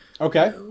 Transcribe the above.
okay